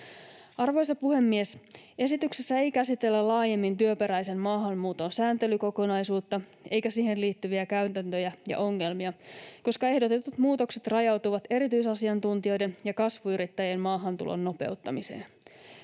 Arvoisa puhemies! Esityksessä ei käsitellä laajemmin työperäisen maahanmuuton sääntelykokonaisuutta eikä siihen liittyviä käytäntöjä ja ongelmia, koska ehdotetut muutokset rajautuvat erityisasiantuntijoiden ja kasvuyrittäjien maahantulon nopeuttamiseen.